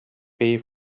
pay